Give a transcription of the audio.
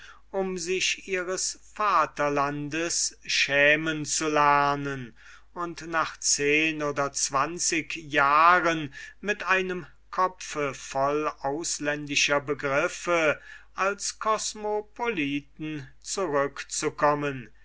um sich ihres vaterlandes schämen zu lernen und nach zehn oder zwanzig jahren mit einem kopfe voll ausländischer begriffe als kosmopoliten zurückzukommen